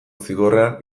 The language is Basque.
zigorrean